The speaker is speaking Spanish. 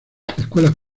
escuelas